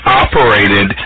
operated